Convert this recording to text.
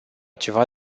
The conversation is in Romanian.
ceva